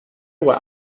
were